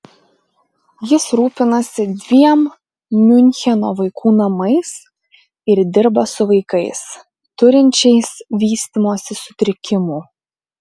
jis rūpinasi dviem miuncheno vaikų namais ir dirba su vaikais turinčiais vystymosi sutrikimų